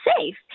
safe